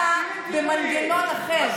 אתה במנגנון אחר,